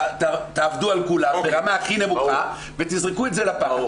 תעבדו על כולם ברמה הכי נמוכה ותזרקו את זה לפח.